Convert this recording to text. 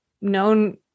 known